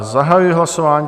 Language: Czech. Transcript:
Zahajuji hlasování.